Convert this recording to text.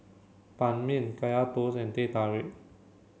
Ban Mian Kaya Toast and Teh Tarik